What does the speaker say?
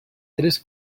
tres